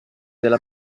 della